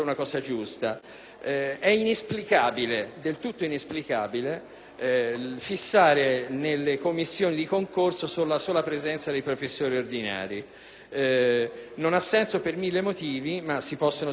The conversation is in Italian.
è del tutto inesplicabile fissare nelle commissioni di concorso la sola presenza di professori ordinari; non ha senso, per mille motivi, che si possono sintetizzare così: